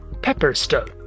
Pepperstone